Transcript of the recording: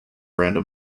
random